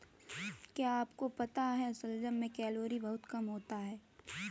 क्या आपको पता है शलजम में कैलोरी बहुत कम होता है?